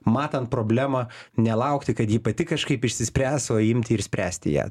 matant problemą nelaukti kad ji pati kažkaip išsispręs o imti ir spręsti ją